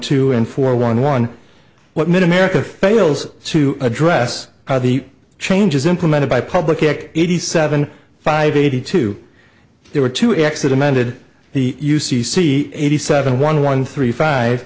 two and four one one what made america fails to address the changes implemented by public eighty seven five eighty two there were two acts that amended the u c c eighty seven one one three five